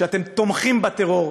כשאתם תומכים בטרור,